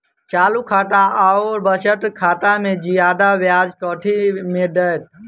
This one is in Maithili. चालू खाता आओर बचत खातामे जियादा ब्याज कथी मे दैत?